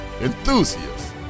enthusiasts